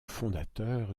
fondateur